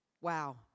Wow